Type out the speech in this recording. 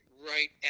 right